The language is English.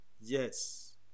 Yes